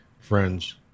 friends